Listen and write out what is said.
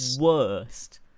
worst